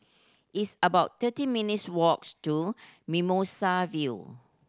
it's about thirty minutes walks to Mimosa View